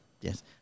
yes